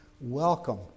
Welcome